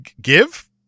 give